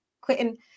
quitting